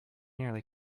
nearly